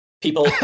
People